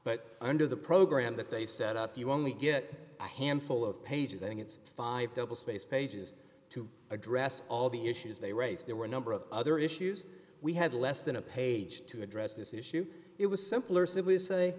but under the program that they set up you only get a handful of pages and it's five double spaced pages to address all the issues they raise there were a number of other issues we had less than a page to address this issue it was simpler simply say